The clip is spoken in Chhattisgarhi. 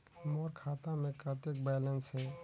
मोर खाता मे कतेक बैलेंस हे?